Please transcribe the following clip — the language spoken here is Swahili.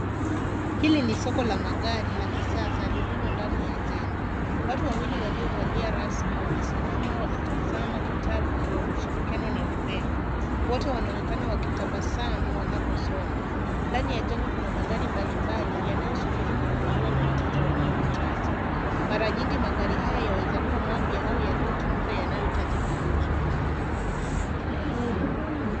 Hili ni soko la magari la kisasa lililo ndani ya jengo. Watu wawili waliovalia rasmi wamesimama wakitizama kitabu kwa ushirikiano na upendo. Wote wanaonekana wakitabasamu wanaposoma. Ndani ya jengo kuna magari mbali mbali yanayosubiri kununuliwa na wateja wanaohitaji. Mara nyingi magari haya yaweza kuwa mapya au yaliyotumika yanayohitaji kuuzwa.